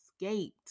escaped